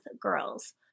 girls